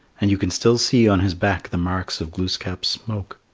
and you can still see on his back the marks of glooskap's smoke.